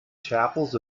chapels